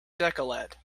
decollete